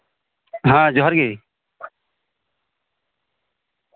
ᱦᱮᱸ ᱡᱚᱦᱟᱨ ᱜᱤ